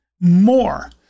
More